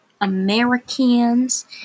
Americans